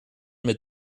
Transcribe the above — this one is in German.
mit